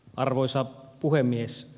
arvoisa puhemies